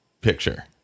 picture